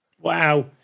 Wow